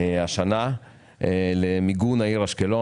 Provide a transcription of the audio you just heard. השנה למיגון העיר אשקלון.